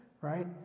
Right